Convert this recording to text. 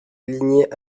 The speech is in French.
lignée